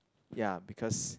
ya because